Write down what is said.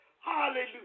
Hallelujah